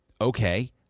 okay